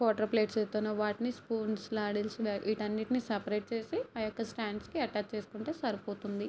quarter plates అయితేనో వాటిని spoons లాడిల్స్ని వీటన్నింటినీ సపరేట్ చేసి ఆ యొక్క స్టాండ్స్కి అటాచ్ చేసుకుంటే సరిపోతుంది